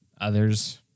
Others